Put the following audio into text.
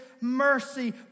mercy